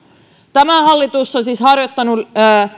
tämä hallitus on siis harjoittanut